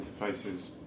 interfaces